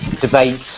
debate